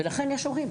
ולכן יש הורים,